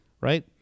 right